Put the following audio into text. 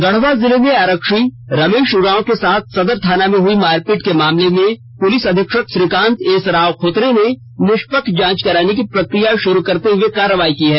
गढ़वा जिले में आरक्षी रमेश उरांव के साथ सदर थाना में हई मारपीट के मामले में पुलिस अधीक्षक श्रीकांत एस राव खोतरे ने निष्पक्ष जांच कराने की प्रक्रिया शुरू करते हुए कार्रवाई की है